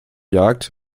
jagd